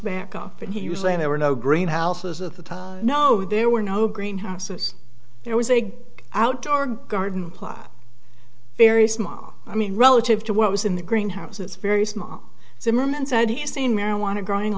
backup and he was saying there were no green houses at the time no there were no green houses there was a big outdoor garden plot very small i mean relative to what was in the green house it's very small zimmerman said he seen marijuana growing a